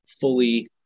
fully